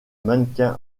mannequin